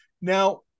Now